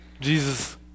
Jesus